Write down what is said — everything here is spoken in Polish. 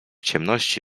ciemności